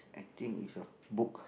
I think it's a book